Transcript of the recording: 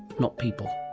not people.